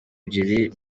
ebyiri